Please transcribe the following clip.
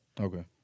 okay